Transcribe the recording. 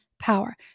power